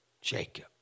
Jacob